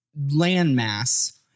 landmass